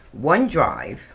OneDrive